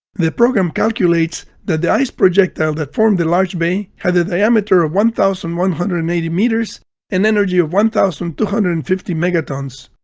the program calculates that the ice projectile that formed the large bay had a diameter of one thousand one hundred and eighty meters and energy of one thousand two hundred and fifty megatons.